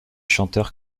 chanteur